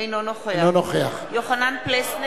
אינו נוכח אינו נוכח.